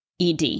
ED